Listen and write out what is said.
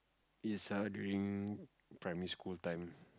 it's err during primary school time